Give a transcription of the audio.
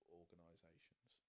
organisations